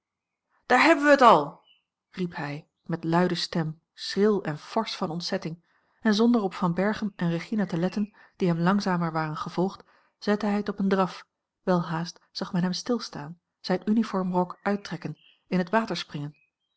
daar hebben wij t al riep hij met luide stem schril en forsch van ontzetting en zonder op van berchem en regina te letten die hem langzamer waren gevolgd zette hij het op een draf welhaast zag men hem stilstaan zijn uniformrok uittrekken in het water springen